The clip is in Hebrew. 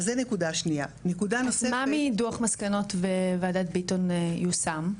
מה מדוח מסקנות וועדת ביטון, יושם?